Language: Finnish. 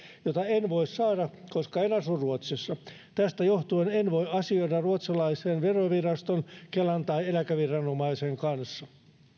jota en voi saada koska en asu ruotsissa tästä johtuen en voi asioida ruotsalaisen veroviraston kelan tai eläkeviranomaisen kanssa